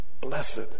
blessed